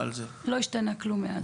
אמרת שנשארו?